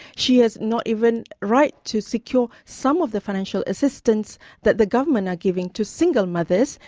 she has not even right to secure some of the financial assistance that the government are giving to single mothers,